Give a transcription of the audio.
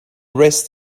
rest